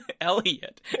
Elliot